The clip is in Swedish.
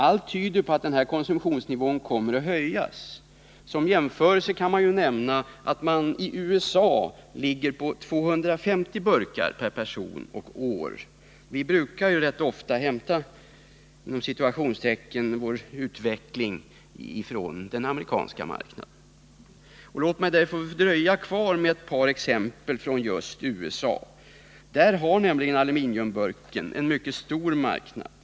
Allt tyder på att denna konsumtionsnivå kommer att stiga. Som jämförelse kan nämnas att konsumtionen i USA ligger på 250 burkar per person och år. Vi brukar ju när det gäller vad som skall ske i fråga om utvecklingen i vårt land ofta hämta uppgifter från den amerikanska marknaden. Låt mig dröja kvar med exempel just från USA. Där har nämligen aluminiumburken en mycket stor marknad.